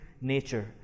nature